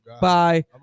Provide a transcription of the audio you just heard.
Bye